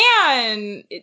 man